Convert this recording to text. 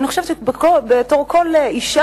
אני חושבת שכמו לכל אשה,